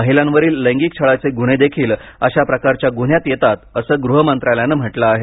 महिलांवरील लैंगिक छळाचे गुन्हेदेखील अशा प्रकारच्या गुन्ह्यांत येतात अस गृह मंत्रालयानं म्हटलं आहे